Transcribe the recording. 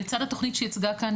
לצד התוכנית שייצגה כאן,